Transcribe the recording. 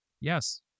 Yes